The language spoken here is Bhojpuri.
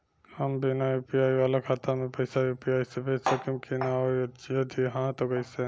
हम बिना यू.पी.आई वाला खाता मे पैसा यू.पी.आई से भेज सकेम की ना और जदि हाँ त कईसे?